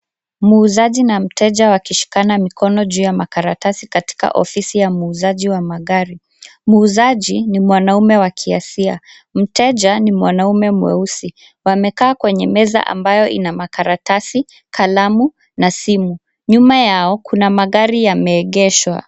Muuzaji na mteja wakishikana mikono juu ya makaratasi katika ofisi ya muuzaji wa magari. Muuzaji ni mwanaume wa kiashia, mteja ni mwanaume mweusi, wamekaa kwenye meza ambayo ina makaratasi, kalamu na simu. Nyuma yao kuna magari yameegeshwa.